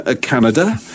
Canada